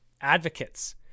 advocates